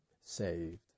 saved